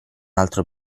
altro